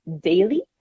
daily